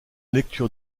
lecture